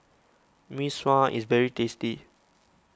Mee Sua is very tasty